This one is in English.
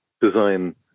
design